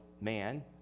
man